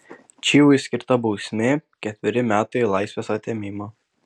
čivui skirta bausmė ketveri metai laisvės atėmimo